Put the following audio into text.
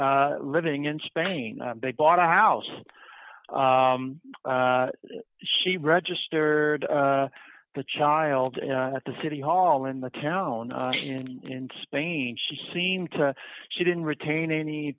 living in spain they bought a house she registered the child at the city hall in the town in spain she seemed to she didn't retain any